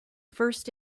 first